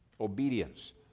obedience